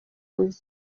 buzima